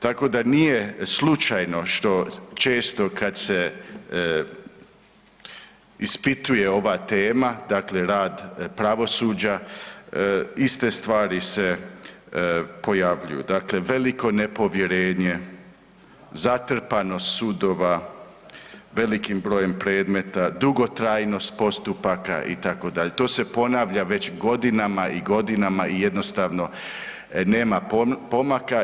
Tako da nije slučajno što često kad se ispituje ova tema, dakle rad pravosuđa, iste stvari se pojavljuju, dakle veliko nepovjerenje, zatrpanost sudova velikim brojem predmeta, dugotrajnost postupaka itd., to se ponavlja već godinama i godinama i jednostavno nema pomaka.